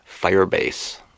firebase